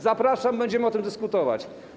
Zapraszam, będziemy o tym dyskutować.